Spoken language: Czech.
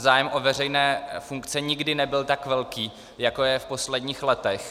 Zájem o veřejné funkce nikdy nebyl tak velký, jako je v posledních letech.